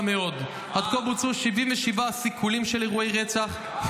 מאוד: עד כה בוצעו 77 סיכולים של אירועי רצח,